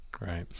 Right